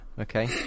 okay